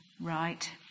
right